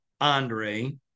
Andre